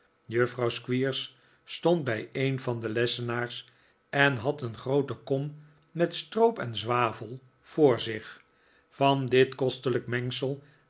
juffrouw squeers stond bij een van de lessenaars en had een groote kom met stroop en zwavel voor zich van dit kostelijke mengsel